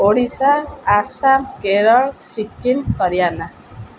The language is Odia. ଓଡ଼ିଶା ଆସାମ କେରଳ ସିକ୍କିମ୍ ହରିୟାନା